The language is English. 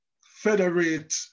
federate